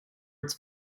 its